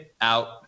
out